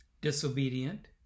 disobedient